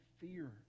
fear